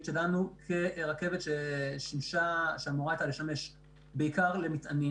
שלנו כרכבת שאמורה הייתה לשמש בעיקר למטענים.